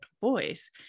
voice